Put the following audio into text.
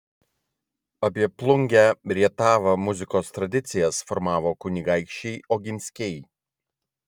apie plungę rietavą muzikos tradicijas formavo kunigaikščiai oginskiai